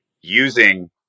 using